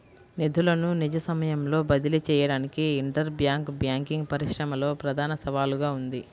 నిధులను నిజ సమయంలో బదిలీ చేయడానికి ఇంటర్ బ్యాంక్ బ్యాంకింగ్ పరిశ్రమలో ప్రధాన సవాలుగా ఉంది